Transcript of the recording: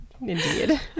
Indeed